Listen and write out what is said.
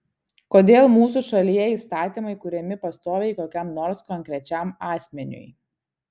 kodėl mūsų šalyje įstatymai kuriami pastoviai kokiam nors konkrečiam asmeniui